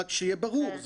רק שיהיה ברור,